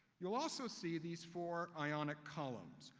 you'll also see these four ionic columns.